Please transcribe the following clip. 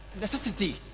necessity